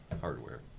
hardware